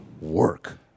work